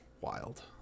Wild